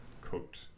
cooked